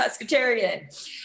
pescatarian